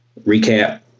recap